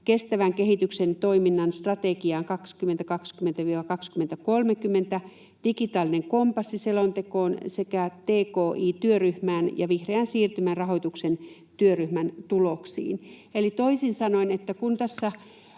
Kestävän kehityksen toimikunnan strategia 2022—2030:een, digitaalinen kompassi ‑selontekoon sekä tki-työryhmän ja vihreän siirtymän rahoituksen työryhmän tuloksiin. Eli toisin sanoen eduskunnassa,